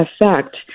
effect